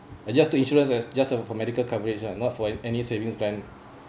I just took insurance uh just uh for medical coverage lah not for an~ any savings plan